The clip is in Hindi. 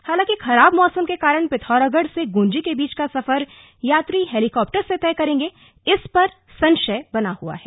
हालाँकि खराब मौसम के कारण पिथौरागढ़ से गुंजी के बीच का सफर यात्री हैलीकाप्टर से तय करेंगे इस पर संशय बना हुआ है